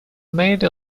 made